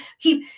Keep